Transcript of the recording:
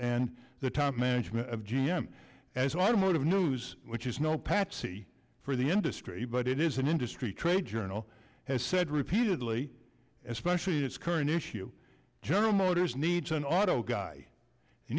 and the top management of g m as automotive news which is no patsy for the industry but it is an industry trade journal has said repeatedly especially its current issue general motors needs an auto guy you